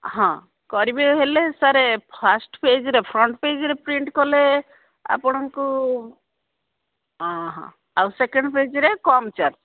ହଁ କରିବେ ହେଲେ ସାର୍ ଫାଷ୍ଟ ଫେଜ୍ରେ ଫ୍ରଣ୍ଟ ପେଜ୍ରେ ପ୍ରିଣ୍ଟ କଲେ ଆପଣଙ୍କୁ ହଁ ଆଉ ସେକେଣ୍ଡ ପେଜ୍ରେ କମ୍ ଚାର୍ଜ